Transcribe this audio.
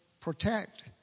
protect